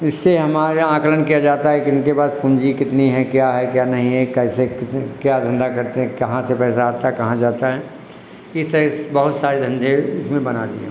जिससे हमारे यहाँ आंकलन किया जाता है कि इनके पास पूंजी कितनी है क्या है क्या नहीं है कैसे कितने क्या धंधा करते हैं कहाँ से पैसा आता है कहाँ जाता है इस तरह से बहुत सारे धंधे उसमें बना दिए हैं